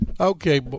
okay